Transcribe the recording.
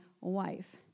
wife